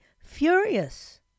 furious